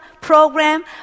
program